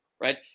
right